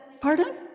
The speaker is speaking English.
pardon